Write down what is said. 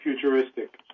futuristic